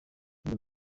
muri